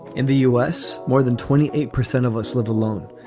in the us, more than twenty eight percent of us live alone.